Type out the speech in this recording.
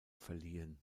verliehen